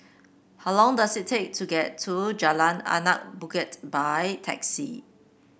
how long does it take to get to Jalan Anak Bukit by taxi